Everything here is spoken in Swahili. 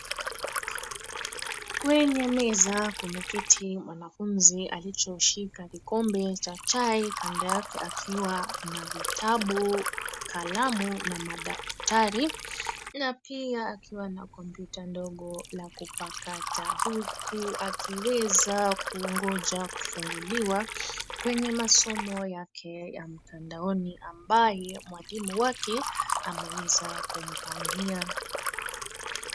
Kwenye meza kumeketi mwanafunzi aliyeshika kikombe cha chai kando yake akiwa na ; vitabu kalamu na madaftari na pia akiwa na kompyuta ndogo la kupakata huku akiweza kungoja kufunguliwa kwenye masomo yake ya mtandaoni ambayo mwalimu wake ameweza kumpangia.